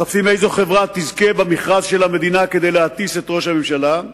מחפשים איזו חברה תזכה במכרז של המדינה כדי להטיס את ראש הממשלה,